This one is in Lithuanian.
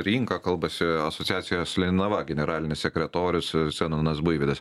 rinką kalbasi asociacijos linava generalinis sekretorius zenonas buivydas